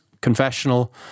confessional